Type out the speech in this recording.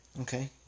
Okay